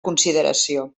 consideració